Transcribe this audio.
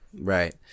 Right